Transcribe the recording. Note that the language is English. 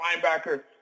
linebacker